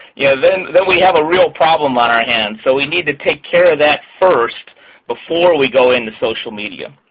yeah then we have a real problem on our hands. so we need to take care of that first before we go into social media.